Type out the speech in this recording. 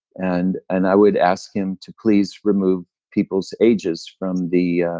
and and i would ask him to please remove people's ages from the.